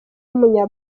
w’umunya